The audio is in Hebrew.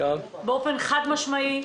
באופן חד משמעי.